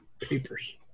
papers